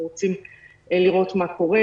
ורוצים לראות מה קורה.